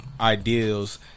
ideals